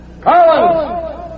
Collins